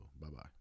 Bye-bye